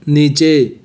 नीचे